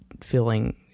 feeling